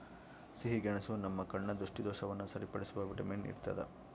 ಸಿಹಿಗೆಣಸು ನಮ್ಮ ಕಣ್ಣ ದೃಷ್ಟಿದೋಷವನ್ನು ಸರಿಪಡಿಸುವ ವಿಟಮಿನ್ ಇರ್ತಾದ